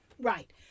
Right